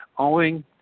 Owing